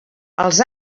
els